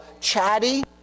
chatty